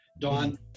Don